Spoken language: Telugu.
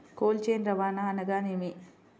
కోల్డ్ చైన్ రవాణా అనగా నేమి?